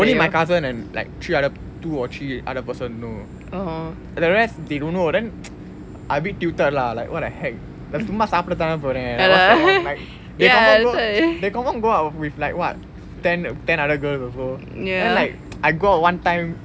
only my cousin and like three other two or three other person know the rest they don't know then I a bit tilted lah like what the heck நா சும்மா சாப்பிட தான போறேன்:naa summa saapda thaana poren they confirm go they confirm go out with like what ten ten other girls also and then like I go out one time